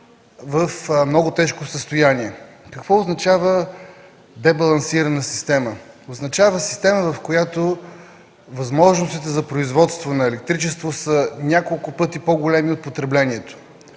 възможностите за производство на електричество са няколко пъти по-големи от потреблението.